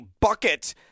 bucket